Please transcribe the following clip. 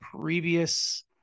previous